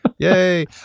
Yay